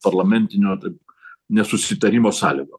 parlamentinio taip nesusitarimo sąlygo